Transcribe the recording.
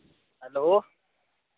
hello